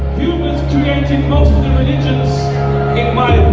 humans created most of the religions in my